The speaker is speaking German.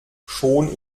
schon